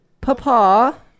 Papa